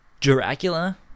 Dracula